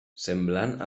semblant